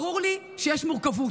ברור לי שיש מורכבות.